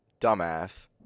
dumbass